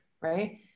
right